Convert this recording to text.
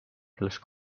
kellest